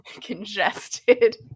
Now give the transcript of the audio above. congested